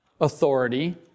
authority